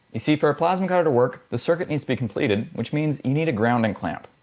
you see for a plasma cutter to work the circuit needs to be completed which means you need a grounding clamp.